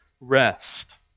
rest